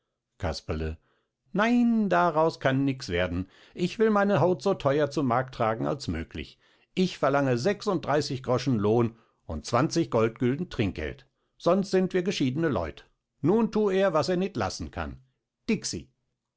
casperle nein daraus kann nix werden ich will meine haut so theuer zu markt tragen als möglich ich verlange sechs und dreißig groschen lohn und zwanzig goldgülden trinkgeld sonst sind wir geschiedene leut nun thu er was er nit laßen kann dixi